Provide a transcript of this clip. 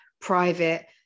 private